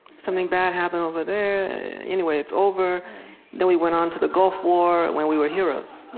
something bad happened over there anyway, it's over then, we went on to the gulf war, and when we were heroes